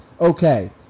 Okay